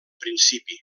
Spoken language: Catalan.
principi